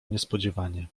niespodziewanie